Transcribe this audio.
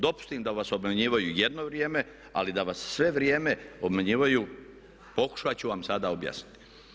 Dopustim da vas obmanjivanju jedno vrijeme ali da vas sve vrijeme obmanjuju pokušati ću vam sada objasniti.